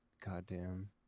goddamn